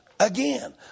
Again